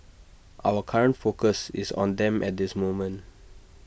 our current focus is on them at this moment